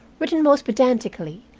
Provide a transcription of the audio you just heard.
written most pedantically,